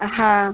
ಹಾಂ